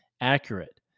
accurate